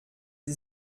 sie